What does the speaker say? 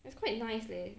it's quite nice leh